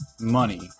money